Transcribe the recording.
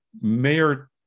Mayor